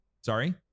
Sorry